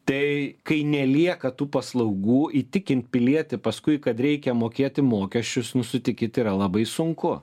tai kai nelieka tų paslaugų įtikint pilietį paskui kad reikia mokėti mokesčius nu sutikit yra labai sunku